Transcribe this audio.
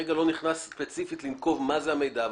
כרגע לא נכנס ספציפית לנקוב מה הוא המידע הזה,